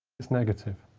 it's negative.